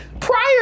prior